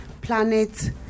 planet